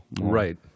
Right